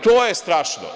To je strašno.